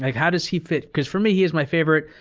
how does he fit? because for me he's my favorite,